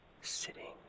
sitting